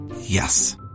Yes